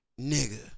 Nigga